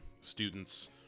students